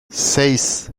seis